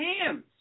hands